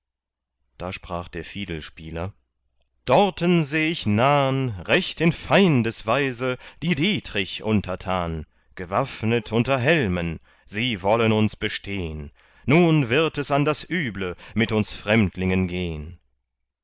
da sprach der fiedelspieler dorten seh ich nahn recht in feindesweise die dietrich untertan gewaffnet unter helmen sie wollen uns bestehn nun wird es an das üble mit uns fremdlingen gehn